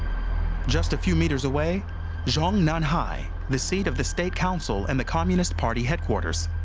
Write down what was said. just a few meters away zhongnanhai, the seat of the state council and the communist party headquarters.